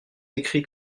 écrits